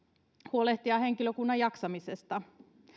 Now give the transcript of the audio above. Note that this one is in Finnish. huolehtia henkilökunnan jaksamisesta